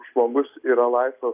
žmogus yra laisvas